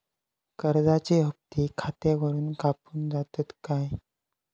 कर्जाचे हप्ते खातावरून कापून जातत काय?